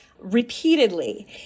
Repeatedly